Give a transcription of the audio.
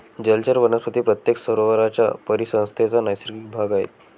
जलचर वनस्पती प्रत्येक सरोवराच्या परिसंस्थेचा नैसर्गिक भाग आहेत